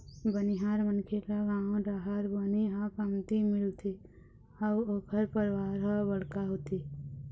बनिहार मनखे ल गाँव डाहर बनी ह कमती मिलथे अउ ओखर परवार ह बड़का होथे